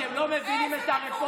אתם לא מבינים את הרפורמה,